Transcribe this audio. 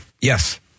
Yes